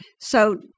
So-